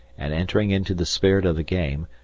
and, entering into the spirit of the game,